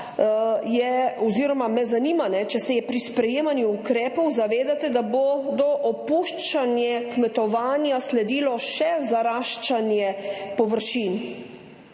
oziroma me zanima, če se pri sprejemanju ukrepov zavedate, da bo opuščanju kmetovanja sledilo še zaraščanje površin,